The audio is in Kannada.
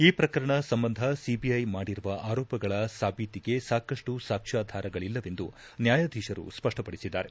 ಈ ಪ್ರಕರಣ ಸಂಬಂಧ ಸಿಐ ಮಾಡಿರುವ ಆರೋಪಗಳ ಸಾಬೀತಿಗೆ ಸಾಕಷ್ಟು ಸಾಕ್ಷಾದಾರಗಳಿಲ್ಲವೆಂದು ನ್ನಾಯಧೀಶರು ಸ್ವಪ್ಪಡಿಸಿದ್ದಾರೆ